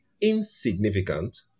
insignificant